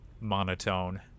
monotone